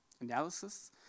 analysis